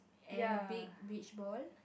and a big beach ball